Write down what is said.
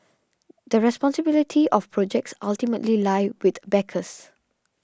the responsibility of projects ultimately lie with backers